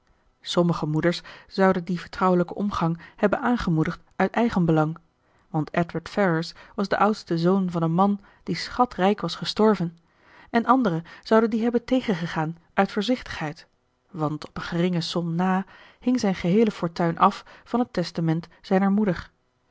sommige moeders zouden dien vertrouwelijken omgang hebben aangemoedigd uit eigenbelang want edward ferrars was de oudste zoon van een man die schatrijk was gestorven en andere zouden dien hebben tegengegaan uit voorzichtigheid want op een geringe som na hing zijn geheele fortuin af van het testament zijner moeder